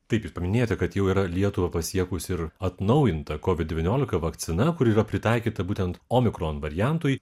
taigi paminėti kad jau yra lietuvą pasiekusi ir atnaujinta covid devyniolika vakcina kuri yra pritaikyta būtent omikron variantui